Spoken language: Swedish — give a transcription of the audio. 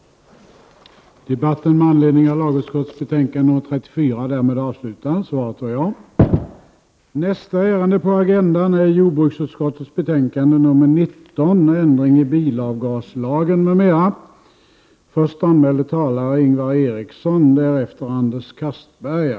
24 maj 1989